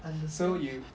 understand